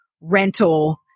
rental